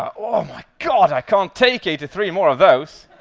ah oh my god, i can't take eighty three more of those